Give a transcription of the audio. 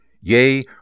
Yea